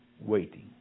waiting